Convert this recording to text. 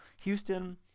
Houston